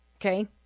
okay